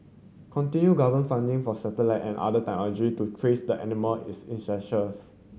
continue government funding for satellite and other technology to trace the animal is essentials